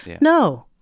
No